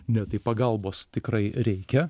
ne tai pagalbos tikrai reikia